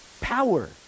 power